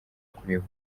kureba